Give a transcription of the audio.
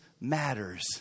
matters